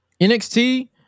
NXT